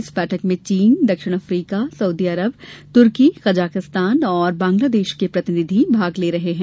इस बैठक में चीन दक्षिण अफ्रीका सऊदी अरब तुर्की कजाकिस्तान और बंगलादेश के प्रतिनिधि भाग ले रहे हैं